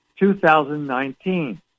2019